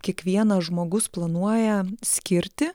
kiekvienas žmogus planuoja skirti